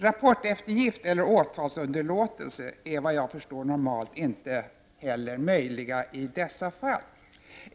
Rapporteftergift eller åtalsunderlåtelse är, vad jag förstår, normalt inte heller möjliga i dessa fall.